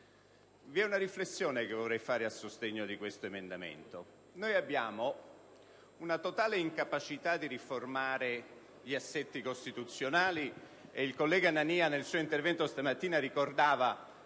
fare una riflessione a sostegno di tale emendamento. Noi abbiamo una totale incapacità di riformare gli assetti costituzionali. Il collega Nania nel suo intervento stamattina ricordava